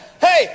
Hey